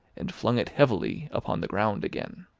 and flung it heavily upon the ground again.